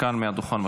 כאן מהדוכן.